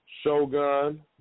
Shogun